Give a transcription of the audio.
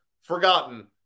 forgotten